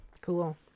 cool